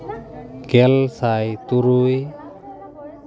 ᱜᱮᱞᱥᱟᱭ ᱛᱩᱨᱩᱭ